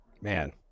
Man